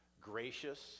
gracious